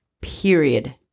Period